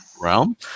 realm